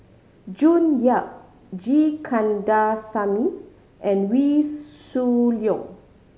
June Yap G Kandasamy and Wee Shoo Leong